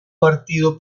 partido